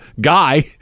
guy